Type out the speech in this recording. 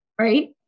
right